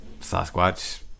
sasquatch